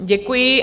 Děkuji.